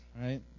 right